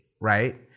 Right